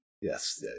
yes